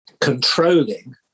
controlling